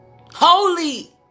holy